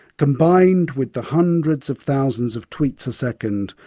combined with the hundreds of thousands of tweets a second,